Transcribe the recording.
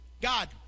God